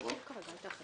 בוקר טוב.